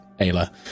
Ayla